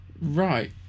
Right